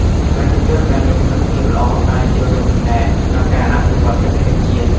ប្រជាជនដែលមានសុខភាពល្អអាចចូលរួមចំណែកក្នុងការអភិវឌ្ឍសេដ្ឋកិច្ចជាតិ។